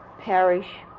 parrish